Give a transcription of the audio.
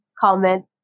comment